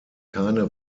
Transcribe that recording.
keine